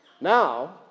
Now